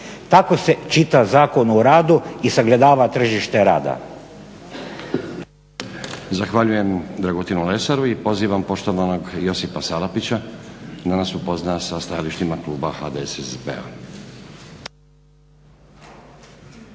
Tako se čita Zakon o radu i sagledava tržište rada.